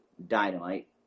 dynamite